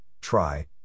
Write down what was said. try